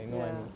ya